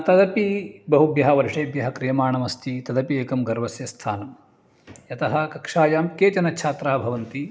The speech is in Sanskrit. तदपि बहुभ्यः वर्षेभ्यः क्रियमाणमस्ति तदपि एकं गर्वस्य स्थानं यतः कक्षायां केचन छात्राः भवन्ति